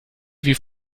wie